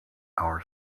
our